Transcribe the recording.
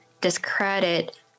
discredit